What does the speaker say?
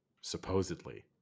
Supposedly